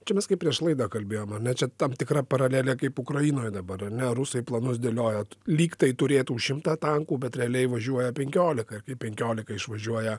čia mes kaip prieš laidą kalbėjom ar ne čia tam tikra paralelė kaip ukrainoj dabar ar ne rusai planus dėlioja lyg tai turėtų šimtą tankų bet realiai važiuoja penkiolika penkiolika išvažiuoja